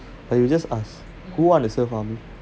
like you just ask who want to serve army